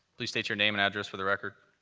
please state your name and address for the record.